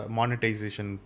monetization